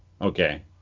okay